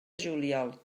juliol